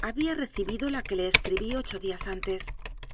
había recibido la que le escribí ocho días antes